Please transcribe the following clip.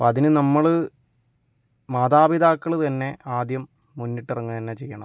അപ്പം അതിന് നമ്മള് മാതാപിതാക്കള് തന്നെ ആദ്യം മുന്നിട്ട് ഇറങ്ങുക തന്നെ ചെയ്യണം